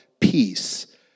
peace